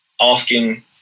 asking